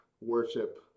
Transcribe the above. worship